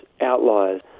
outliers